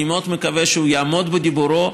אני מאוד מקווה שהוא יעמוד בדיבורו,